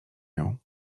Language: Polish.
nią